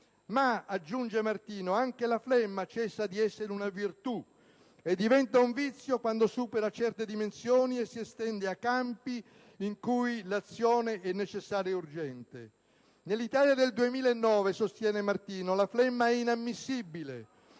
aggiunge Martino: «anche la flemma cessa di essere una virtù e diventa un vizio quando supera certe dimensioni e si estende a campi in cui l'azione è necessaria e urgente». Nell'Italia del 2009, Martino sostiene che «la flemma è inammissibile.